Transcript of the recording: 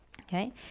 Okay